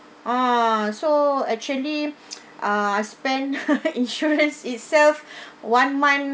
ah so actually ah I spend insurance itself one month